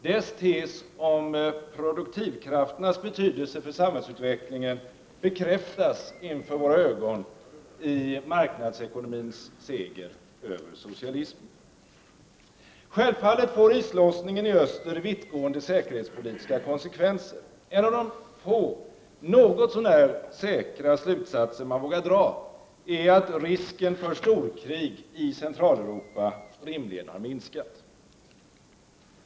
Dess tes om produktivkrafternas betydelse för samhällsutvecklingen bekräftas inför våra ögon i marknadsekonomins seger över socialismen. Självfallet får islossningen i öster vittgående säkerhetspolitiska konsekvenser. En av de få något så när säkra slutsatser man vågar dra är att risken för storkrig i Centraleuropa rimligen har minskat.